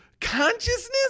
consciousness